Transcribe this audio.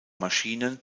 maschinen